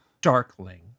darkling